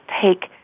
take